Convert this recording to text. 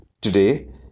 today